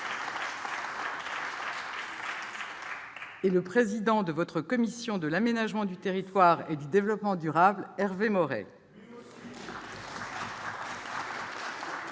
et le président de votre commission de l'aménagement du territoire et du développement durable, Hervé Maurey.